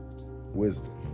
wisdom